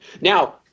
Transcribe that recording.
Now